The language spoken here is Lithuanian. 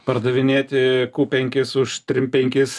pardavinėti penkis už trim penkis